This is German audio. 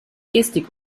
gestik